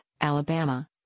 Alabama